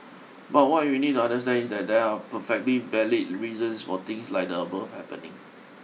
but what you need to understand is that there are perfectly valid reasons for things like the above happening